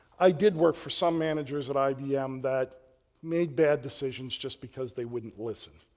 i did work for some managers at ibm that made bad decisions just because they wouldn't listen,